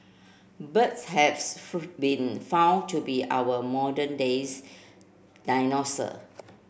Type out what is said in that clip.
birds have been found to be our modern day